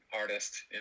artist